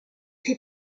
fait